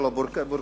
לא, פורקה.